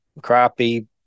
crappie